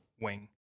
wing